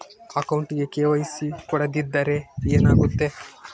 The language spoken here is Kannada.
ಅಕೌಂಟಗೆ ಕೆ.ವೈ.ಸಿ ಕೊಡದಿದ್ದರೆ ಏನಾಗುತ್ತೆ?